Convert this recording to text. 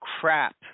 crap